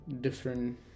different